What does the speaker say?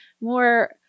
more –